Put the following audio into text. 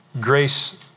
grace